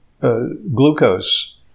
glucose